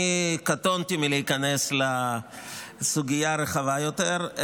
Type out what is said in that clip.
אני קטונתי מלהיכנס לסוגיה הרחבה יותר,